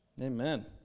Amen